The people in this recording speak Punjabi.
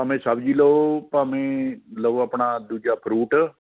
ਭਾਵੇਂ ਸਬਜ਼ੀ ਲਓ ਭਾਵੇਂ ਲਓ ਆਪਣਾ ਦੂਜਾ ਫਰੂਟ